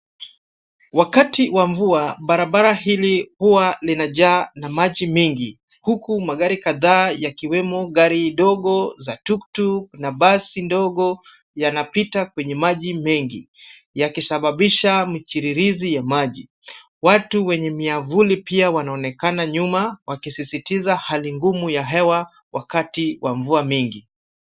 Wakati wa mvua barabara hili huwa linajaa na maji mengi huku magari kadhaa yakiwemo gari dogo za tuktuk na basi ndogo yanapita kwenye maji mengi yakisababisha mchiririzi ya maji. Watu wenye miavuli pia wanaonekana nyuma wakisisitiza hali ngumu ya hewa wakati wa mvua mingi.